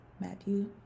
Matthew